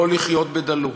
לא לחיות בדלות,